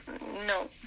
No